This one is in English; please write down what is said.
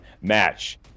match